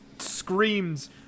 screams